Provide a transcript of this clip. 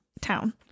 town